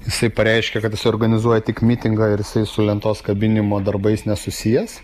jisai pareiškė kad organizuoja tik mitingą ir jisai su lentos kabinimo darbais nesusijęs